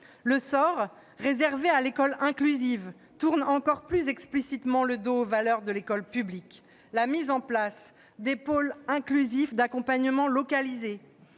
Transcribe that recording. Le sort réservé à l'école inclusive tourne encore plus explicitement le dos aux valeurs de l'école publique. La mise en place des pôles inclusifs d'accompagnement localisés,